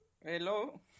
Hello